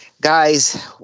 Guys